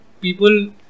people